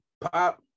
Pop